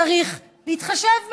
צריך להתחשב בהם.